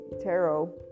tarot